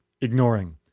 ignoring